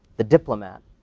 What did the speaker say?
the diplomat,